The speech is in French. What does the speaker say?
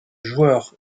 joueur